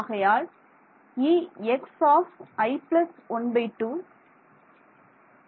ஆகையால் Exi 12 j 1